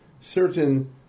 certain